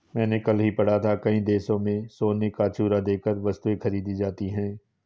मैंने कल ही पढ़ा था कि कई देशों में सोने का चूरा देकर वस्तुएं खरीदी जाती थी